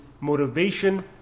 motivation